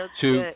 two